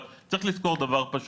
אבל צריך לזכור דבר פשוט,